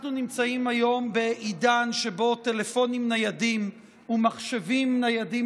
אנחנו נמצאים היום בעידן שבו טלפונים ניידים ומחשבים ניידים